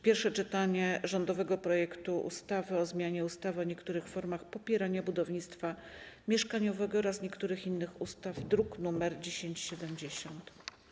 Pierwsze czytanie rządowego projektu ustawy o zmianie ustawy o niektórych formach popierania budownictwa mieszkaniowego oraz niektórych innych ustaw (druk nr 1070)